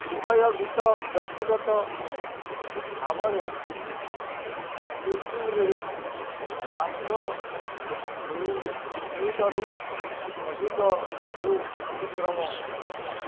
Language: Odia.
ଉଭୟ ଗୀତ ବ୍ୟକ୍ତିଗତ ଭାବରେ ୟୁଟ୍ୟୁବ୍ରେ ପାଞ୍ଚଶହ ନିୟୁତରୁ ଅଧିକ ଭ୍ୟୁ ଅତିକ୍ରମ କରିଥିଲା